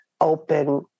open